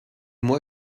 moi